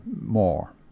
more